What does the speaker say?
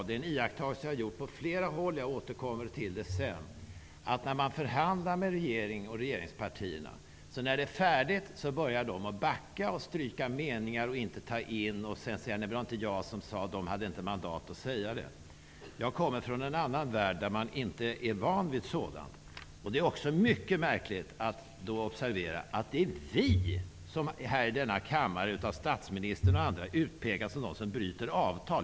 Det är en iakttagelse jag har gjort på flera håll. Jag återkommer till det sedan. När förhandlingar med regeringen och regeringspartierna är färdiga börjar de backa, stryka meningar, inte ta in och säga: Det var inte jag som sade det, de hade inte mandat att säga detta. Jag kommer från en annan värld, där man inte är van vid sådant. Det är också mycket märkligt att observera att det är vi i denna kammare som av statsministern och andra utpekas som de som bryter avtal.